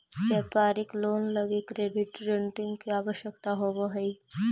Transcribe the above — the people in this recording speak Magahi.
व्यापारिक लोन लगी क्रेडिट रेटिंग के आवश्यकता होवऽ हई